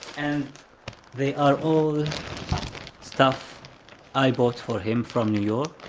and they are all stuff i bought for him from new york.